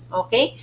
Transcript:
okay